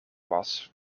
was